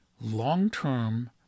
long-term